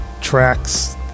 tracks